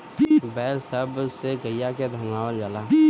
बैल सब से गईया के धनवावल जाला